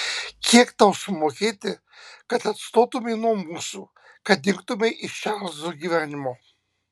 kiek tau sumokėti kad atstotumei nuo mūsų kad dingtumei iš čarlzo gyvenimo